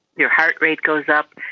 your heart rate goes up,